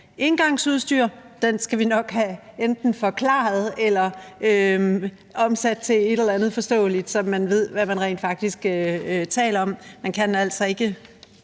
engangsudstyr, skal vi nok enten have det forklaret eller omsat til et eller andet forståeligt, så man ved, hvad man rent faktisk taler om.